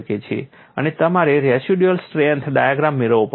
અને તમારે residual strength diagram મેળવવો પડશે